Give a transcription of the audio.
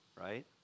right